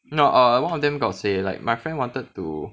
no one of them got say like my friend wanted to